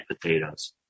potatoes